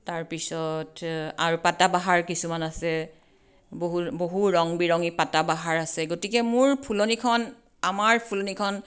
তাৰপিছত আৰু পাতাবাহাৰ কিছুমান আছে বহু বহু ৰং বিৰঙি পাতাবাহাৰ আছে গতিকে মোৰ ফুলনিখন আমাৰ ফুলনিখন